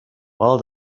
well